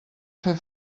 fer